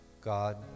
God